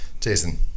Jason